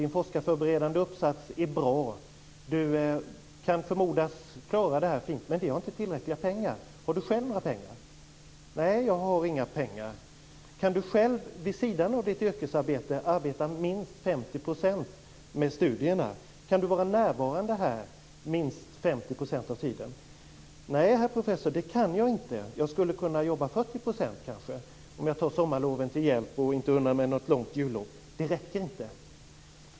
Din forskarförberedande uppsats är bra. Du kan förmodas klara det här fint, men vi har inte tillräckligt med pengar. Har du själv några pengar? - Nej, jag har inga pengar. - Kan du själv vid sidan av ditt yrkesarbete arbeta minst 50 % med studierna? Kan du alltså vara närvarande här minst 50 % av tiden? - Nej, herr professor, det kan jag inte. Jag skulle kanske kunna jobba 40 % om jag tar sommarloven till hjälp och inte unnar mig något långt jullov. - Det räcker inte.